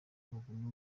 urugomo